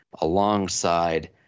alongside –